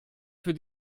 für